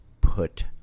put